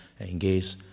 engage